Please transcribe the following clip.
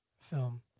film